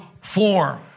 form